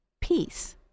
peace